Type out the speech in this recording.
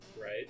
right